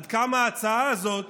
עד כמה ההצעה הזאת